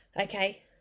Okay